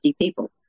people